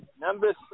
Number